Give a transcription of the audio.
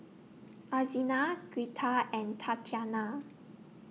Alzina Girtha and Tatiana